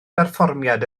berfformiad